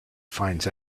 finds